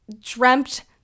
dreamt